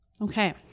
Okay